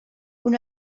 una